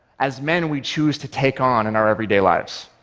as men, we choose to take on in our everyday lives.